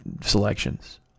selections